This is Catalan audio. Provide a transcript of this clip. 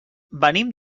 venim